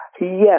Yes